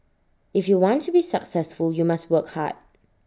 if you want to be successful you must work hard